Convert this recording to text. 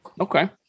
Okay